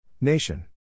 Nation